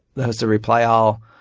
the hosts of reply all,